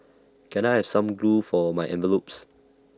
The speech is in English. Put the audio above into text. can I have some glue for my envelopes